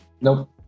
Nope